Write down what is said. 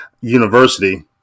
University